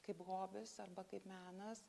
kaip hobis arba kaip menas